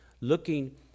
looking